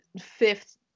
fifth